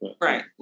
Right